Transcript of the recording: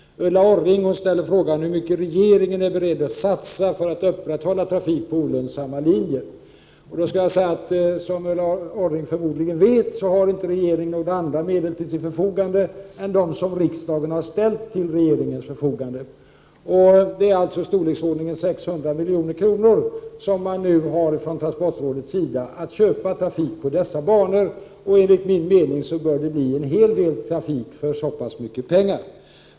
Ulla Orring ställde frågan hur mycket regeringen är beredd att satsa för att upprätthålla trafik på olönsamma linjer. Som Ulla Orring förmodligen vet har regeringen inte några andra pengar till sitt förfogande än dem som riksdagen har ställt till regeringens förfogande. Det är alltså anslag på i storleksordningen 600 milj.kr. som transportrådet har till sitt förfogande för att köpa trafik på dessa banor. Enligt min mening bör det bli en hel del trafik för så mycket pengar.